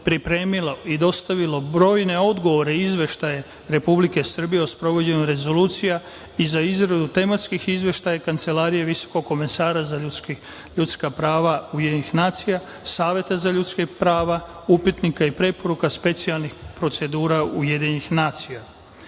pripremilo i dostavilo brojne odgovore, izveštaje, Republike Srbije o sprovođenju rezolucija i za izradu tematskih izveštaja i Kancelarije visokog komesara za ljudska prava, Saveta za ljudska prava, upitnika i preporuka specijalnih procedura UN.Kada